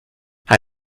hij